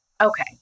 okay